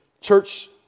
church